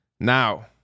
now